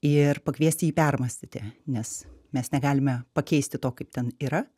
ir pakviesti jį permąstyti nes mes negalime pakeisti to kaip ten yra